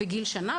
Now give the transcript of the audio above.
שנה,